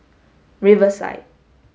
riverside